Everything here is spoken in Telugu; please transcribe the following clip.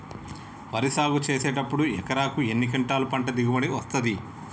వరి సాగు చేసినప్పుడు ఎకరాకు ఎన్ని క్వింటాలు పంట దిగుబడి వస్తది?